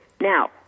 Now